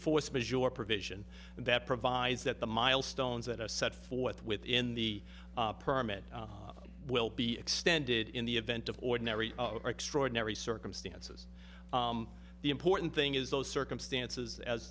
force majeure provision that provides that the milestones that are set forth within the permit will be extended in the event of ordinary or extraordinary circumstances the important thing is those circumstances as